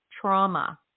trauma